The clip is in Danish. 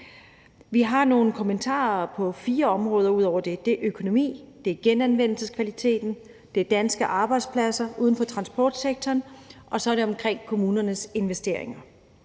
Vi har nogle kommentarer til fire områder ud over det. Det er om økonomi, det er om genanvendelseskvalitet, det er om danske arbejdspladser uden for transportsektoren, og så er det omkring kommunernes investeringer.